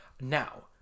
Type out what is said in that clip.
Now